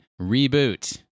reboot